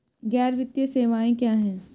गैर वित्तीय सेवाएं क्या हैं?